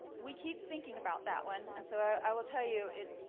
we keep thinking about that one. and so i will tell you it.